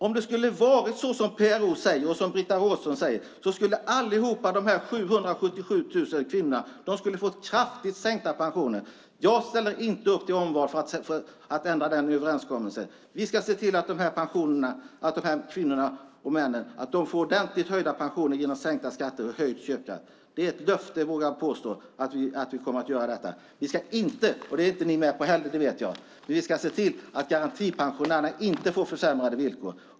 Om det var så som PRO och Britta Rådström säger skulle alla dessa drygt 777 000 kvinnor ha fått kraftigt sänkta pensioner. Jag ställer inte upp till omval för att ändra den träffade överenskommelsen! Vi ska se till att de här kvinnorna och männen i stället får ordentligt höjda pensioner genom sänkta skatter och höjd köpkraft. Jag vågar påstå att det är ett löfte att vi kommer att genomföra detta. Vi ska se till att garantipensionerna inte - jag vet att inte heller ni är med på det - får försämrade villkor.